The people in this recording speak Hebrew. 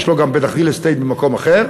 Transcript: יש לו גם בטח real estate במקום אחר.